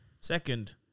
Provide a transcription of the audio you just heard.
Second